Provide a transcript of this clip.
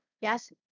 Yes